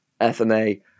FMA